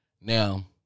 Now